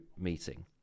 meeting